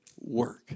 work